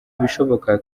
ibishoboka